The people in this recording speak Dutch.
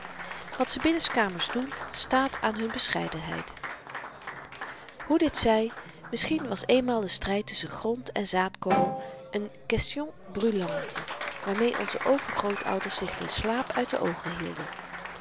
wat ze binnen'skamers doen staat aan hun bescheidenheid hoe dit zy misschien was eenmaal de stryd tusschen grond en zaadkorrel n question brûlante waarmee onze overgrootouders zich den slaap uit de oogen hielden